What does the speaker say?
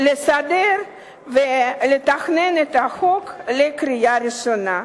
לסדר ולתקן את החוק לקראת קריאה ראשונה.